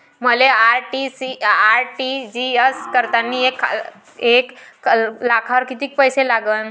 मले आर.टी.जी.एस करतांनी एक लाखावर कितीक पैसे लागन?